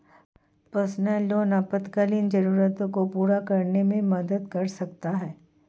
personal loan आपातकालीन जरूरतों को पूरा करने में मदद कर सकता है